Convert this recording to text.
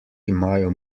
imajo